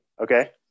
Okay